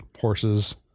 horses